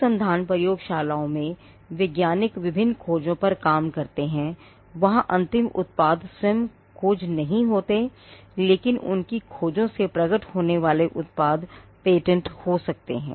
अनुसंधान प्रयोगशालाओं में वैज्ञानिक विभिन्न खोजों पर काम करते हैं वहाँ अंतिम उत्पाद स्वयं खोज नहीं होते हैं लेकिन उनकी खोजों से प्रकट होने वाले उत्पाद पेटेंट हो सकते हैं